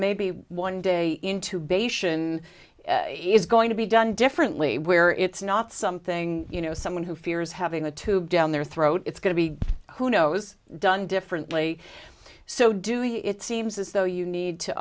maybe one day intubation is going to be done differently where it's not something you know someone who fears having a tube down their throat it's going to be who knows done differently so doing it seems as though you need to